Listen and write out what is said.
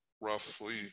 roughly